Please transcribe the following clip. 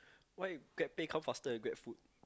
why Grabpay come faster then Grabfood